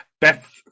Beth